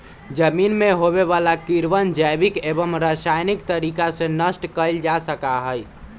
जमीन में होवे वाला कीड़वन जैविक एवं रसायनिक तरीका से नष्ट कइल जा सका हई